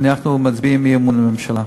אנחנו מצביעים אי-אמון בממשלה.